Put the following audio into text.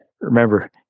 Remember